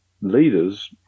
leaders